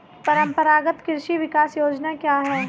परंपरागत कृषि विकास योजना क्या है?